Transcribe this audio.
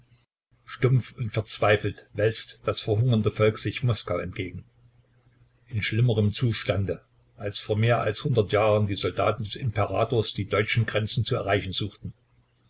stumpf und verzweifelt wälzt das verhungernde volk sich moskau entgegen in schlimmerem zustande als vor mehr als hundert jahren die soldaten des imperators die deutschen grenzen zu erreichen suchten